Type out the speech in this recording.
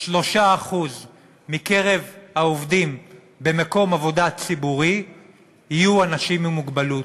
3% מקרב העובדים במקום עבודה ציבורי יהיו אנשים עם מוגבלות.